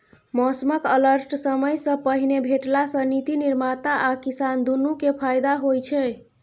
मौसमक अलर्ट समयसँ पहिने भेटला सँ नीति निर्माता आ किसान दुनु केँ फाएदा होइ छै